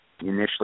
initially